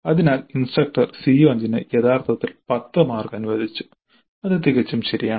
അതിനാൽ instructor CO5 ന് യഥാർത്ഥത്തിൽ 10 മാർക്ക് അനുവദിച്ചു അത് തികച്ചും ശരിയാണ്